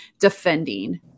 defending